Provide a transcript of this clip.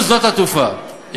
זה מה שאמרתי.